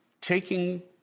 taking